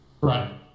Right